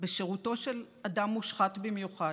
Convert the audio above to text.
בשירותו של אדם מושחת במיוחד.